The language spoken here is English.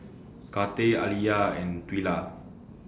Karter Aliyah and Twila